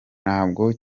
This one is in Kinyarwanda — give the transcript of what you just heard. ntabwo